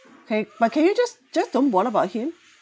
can but can you just just don't bother about him